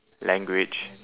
language